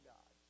God